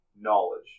knowledge